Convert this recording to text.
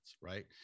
right